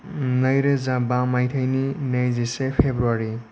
नैरोजा बा माइथायनि नैजिसे फेब्रुवारि